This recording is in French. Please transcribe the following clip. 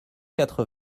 quatre